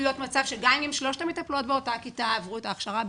יכול להיות מצב שגם אם שלוש המטפלות באותה כיתה עברו את ההכשרה,